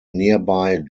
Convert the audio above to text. nearby